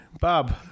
Bob